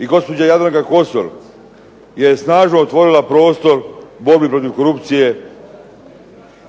I gospođa Jadranka Kosor je snažno otvorila prostor borbi protiv korupcije